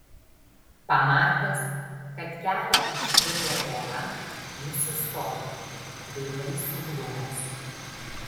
pamatęs kad kelią užtvėrė uola jis sustojo kvailai suglumęs